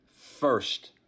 first